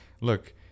look